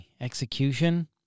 execution